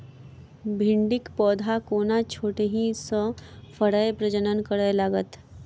भिंडीक पौधा कोना छोटहि सँ फरय प्रजनन करै लागत?